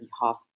behalf